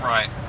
Right